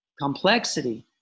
complexity